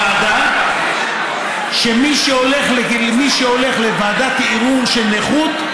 בוועדה שמי שהולך לוועדת ערעור של נכות,